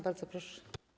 Bardzo proszę.